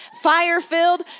fire-filled